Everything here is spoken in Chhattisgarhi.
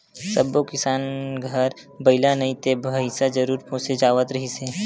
सब्बो किसान घर बइला नइ ते भइसा जरूर पोसे जावत रिहिस हे